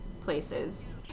places